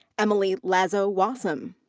emily lazo-wasem.